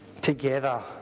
together